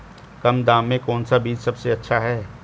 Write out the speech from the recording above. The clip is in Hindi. कम दाम में कौन सा बीज सबसे अच्छा है?